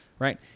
right